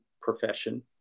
profession